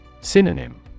Synonym